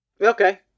Okay